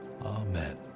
Amen